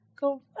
go